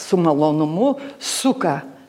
su malonumu suka